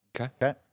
Okay